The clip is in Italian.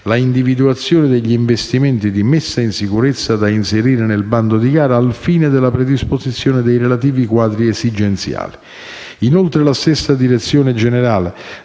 l'individuazione degli investimenti di messa in sicurezza da inserire nel bando di gara al fine della predisposizione dei relativi quadri esigenziali. Inoltre, la stessa direzione generale,